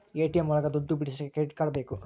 ATM ಒಳಗ ದುಡ್ಡು ಬಿಡಿಸೋಕೆ ಕ್ರೆಡಿಟ್ ಕಾರ್ಡ್ ಬೇಕು